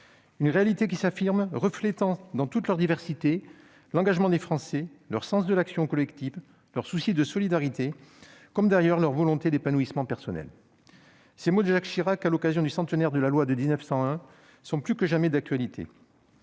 Une réalité qui s'affirme [...] reflétant, dans toute leur diversité, l'engagement des Français, leur sens de l'action collective, leur souci de solidarité comme d'ailleurs leur volonté d'épanouissement personnel ». Ces mots de Jacques Chirac, prononcés à l'occasion du centenaire de la loi de 1901, sont plus que jamais d'actualité.